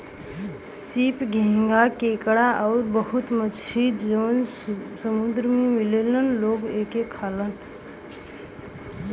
सीप, घोंघा केकड़ा आउर बहुते मछरी जौन समुंदर में मिलला लोग ओके खालन